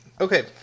Okay